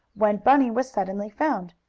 when bunny was suddenly found.